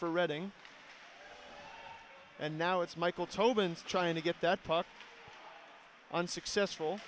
for reading and now it's michael tobin's trying to get that puck unsuccessful